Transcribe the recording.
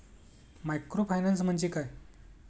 Microfinance म्हणजे काय?